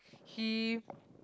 he